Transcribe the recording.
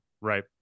right